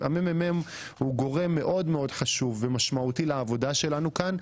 המ.מ.מ הוא גורם מאוד חשוב ומשמעותי לעבודה שלנו כאן.